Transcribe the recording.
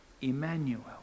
Emmanuel